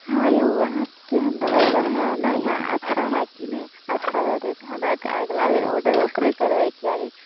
हँ यौ अहाँके केहन ड्राइवर हए नहि हए अच्छा हए कि नहि हए अच्छा रहतै तऽ हमरा अगिला बेर आर्डर ओकरे करबै किएकि